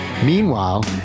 Meanwhile